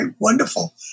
wonderful